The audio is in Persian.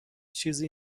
چیزی